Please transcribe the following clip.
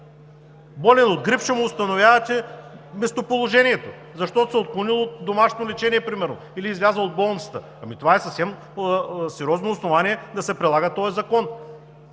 болен от грип ще му установявате местоположението, защото се е отклонил от домашно лечение примерно или е излязъл от болницата! Това е съвсем сериозно основание да се прилага този закон!